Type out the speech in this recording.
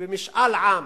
שבמשאל עם